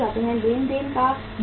लेन देन का मकसद